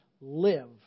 live